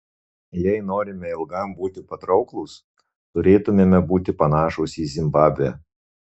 jei norime ilgam būti patrauklūs turėtumėme būti panašūs į zimbabvę